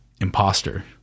Imposter